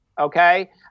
Okay